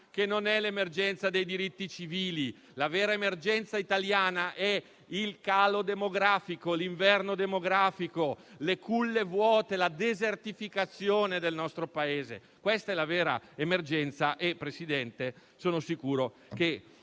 che non è l'emergenza dei diritti civili. La vera emergenza italiana è il calo demografico, l'inverno demografico, le culle vuote, la desertificazione del nostro Paese. Questa è la vera emergenza e, Presidente, sono sicuro che